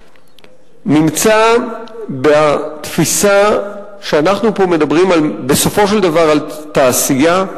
זו התפיסה שאנחנו מדברים בסופו של דבר על תעשייה,